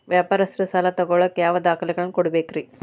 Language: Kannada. ವ್ಯಾಪಾರಸ್ಥರು ಸಾಲ ತಗೋಳಾಕ್ ಯಾವ ದಾಖಲೆಗಳನ್ನ ಕೊಡಬೇಕ್ರಿ?